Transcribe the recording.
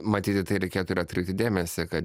matyt į tai reikėtų ir atkreipti dėmesį kad